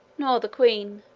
nor the queen,